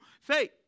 faith